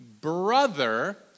brother